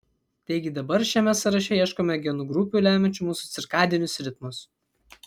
taigi dabar šiame sąraše ieškome genų grupių lemiančių mūsų cirkadinius ritmus